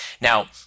Now